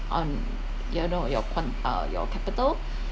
on you know your quan~ uh your capital